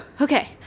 Okay